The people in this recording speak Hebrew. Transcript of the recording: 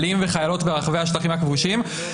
בדין ודברים עם שני השרים על הנקודה הספציפית הזו.